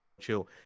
chill